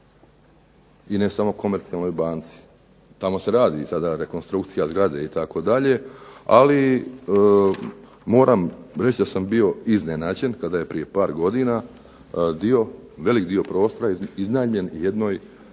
I ne samo komercijalnoj banci, tamo se radi sada rekonstrukcija zgrade itd., ali moram reći da sam bio iznenađen kada je prije par godina velik dio prostora iznajmljen jednoj